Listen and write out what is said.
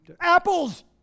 Apples